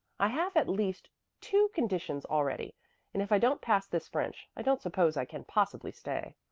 i have at least two conditions already, and if i don't pass this french i don't suppose i can possibly stay.